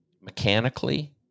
mechanically